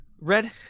Red